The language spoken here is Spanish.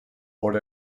por